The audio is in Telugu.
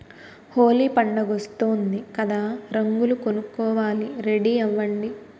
హోలీ పండుగొస్తోంది కదా రంగులు కొనుక్కోవాలి రెడీ అవ్వండి